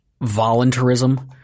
voluntarism